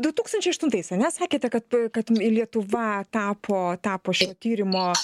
du tūkstančiai aštuntais ane sakėte kad kad lietuva tapo tapo šio tyrimo